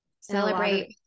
Celebrate